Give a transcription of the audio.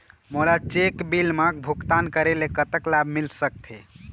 मोला cheque bill मा भुगतान करेले कतक लाभ मिल सकथे?